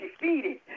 defeated